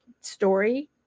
story